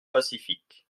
pacifique